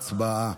הצבעה.